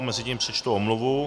Mezitím přečtu omluvu.